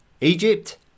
Egypt